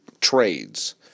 trades